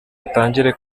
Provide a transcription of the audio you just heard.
atangire